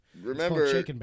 Remember